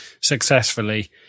successfully